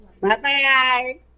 Bye-bye